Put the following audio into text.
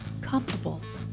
comfortable